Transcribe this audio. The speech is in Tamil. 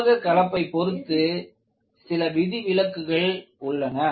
உலோக கலப்பை பொருத்து சில விலக்குகள் உள்ளன